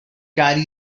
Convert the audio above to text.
carry